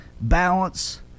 balance